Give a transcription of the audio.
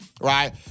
right